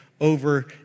over